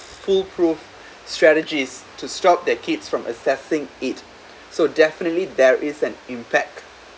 full proof strategies to stop their kids from accessing it so definitely there is an impact